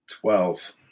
Twelve